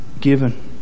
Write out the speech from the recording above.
given